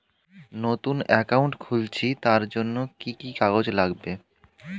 নতুন অ্যাকাউন্ট খুলছি তার জন্য কি কি কাগজ লাগবে?